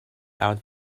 out